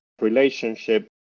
relationship